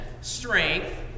strength